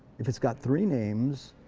if it's got three names,